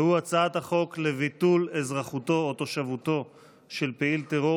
והוא הצעת חוק לביטול אזרחותו או תושבותו של פעיל טרור